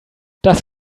das